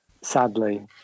sadly